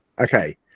okay